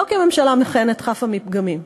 לא כי הממשלה המכהנת חפה מפגמים,